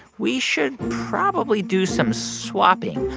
we should probably do some swapping.